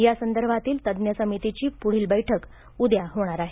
यासंदर्भातील तज्ञ समितीची पुढील बैठक उद्या होणार आहे